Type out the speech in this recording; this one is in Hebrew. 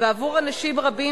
ועבור אנשים רבים,